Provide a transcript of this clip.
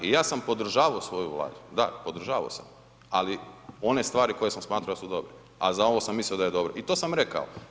I ja sam podržavao svoju vladu, da podržavao sam, ali one stvari koje sam smatrao da su dobre, a za ovo sam mislio da je dobro i to sam rekao.